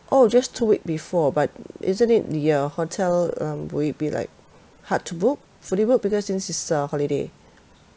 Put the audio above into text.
oh just two week before but isn't the uh hotel uh will it be like hard to book fully booked because since it's uh holiday